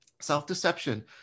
Self-deception